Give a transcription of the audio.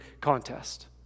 contest